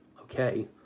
okay